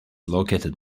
located